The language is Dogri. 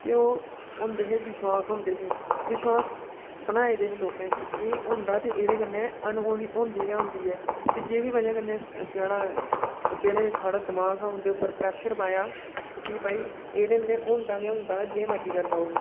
ते ओह् होंदे हे विश्वास होंदे हे विश्वास बनाए दे हे लोकें कि एह् होंदा ते एह्दे कन्नै अनहोनी होंदी गै होंदी ऐ ते जेह्दी बजह कन्नै जेह्ड़ा ते जेह्ड़ा साढ़ा दमाग हा उं'दे पर प्रै्शर पाया ते भी भई एह्दे कन्नै होंदा ते होंदा जे मर्ज़ी करी लैओ